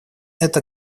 эта